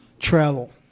Travel